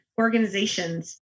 organizations